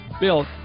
Bill